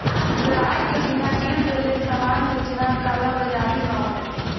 ग्राहक के बिना बिल देले सामान बेचना कालाबाज़ारी हौ